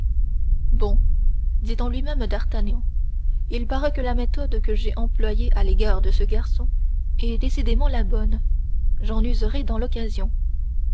bon dit en lui-même d'artagnan il paraît que la méthode que j'ai employée à l'égard de ce garçon est décidément la bonne j'en userai dans l'occasion